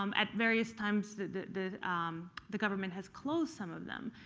um at various times the the government has closed some of them.